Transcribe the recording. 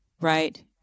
right